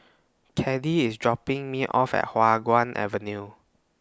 Caddie IS dropping Me off At Hua Guan Avenue